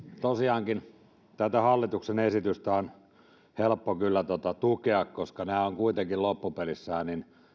tosiaankin tätä hallituksen esitystä on kyllä helppo tukea koska nämä ovat kuitenkin loppupelissään